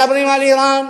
מדברים על אירן,